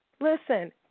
Listen